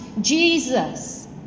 jesus